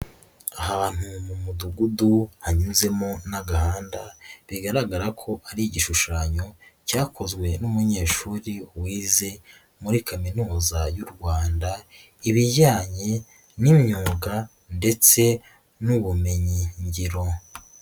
Ahantu mu mudugudu hanyuzemo n'agahanda bigaragara ko ari igishushanyo cyakozwe n'umunyeshuri wize muri kaminuza y'u Rwanda ibijyanye n'imyuga ndetse n'ubumenyingiro.